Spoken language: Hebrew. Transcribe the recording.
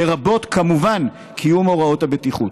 לרבות כמובן קיום הוראות הבטיחות.